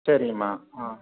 சரிங்கம்மா ஆ